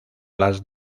las